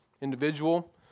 individual